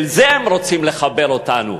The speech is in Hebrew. אל זה הם רוצים לחבר אותנו.